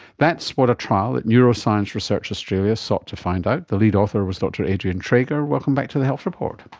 that's what a trial at neuroscience research australia sought to find out. the lead author was dr adrian traeger. welcome back to the health report.